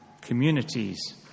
communities